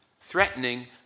threatening